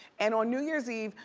and on new year's eve,